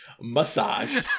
massage